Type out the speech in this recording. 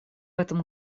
этом